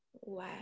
Wow